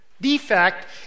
defect